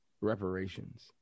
reparations